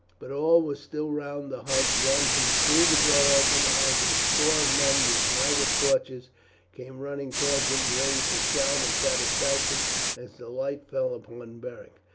but all was still round the hut then he threw the door open as a score men with lighted torches came running towards it, and raised a shout of satisfaction as the light fell upon beric.